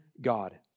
God